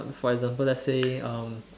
uh for example let's say um